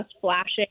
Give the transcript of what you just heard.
flashing